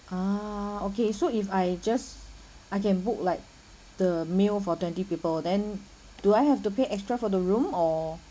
ah okay so if I just I can book like the meal for twenty people then do I have to pay extra for the room or